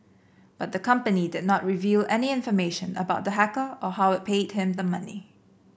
but the company did not reveal any information about the hacker or how it paid him the money